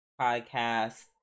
podcast